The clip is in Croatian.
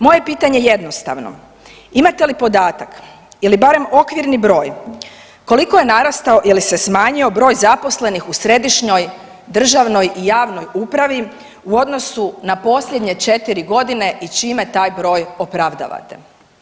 Moje pitanje je jednostavno, imate li podatak ili barem okvirni broj koliko je narastao ili se smanjio broj zaposlenih u središnjoj državnoj i javnoj upravi u odnosu na posljednje 4 godine i čime taj broj opravdavate?